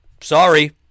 Sorry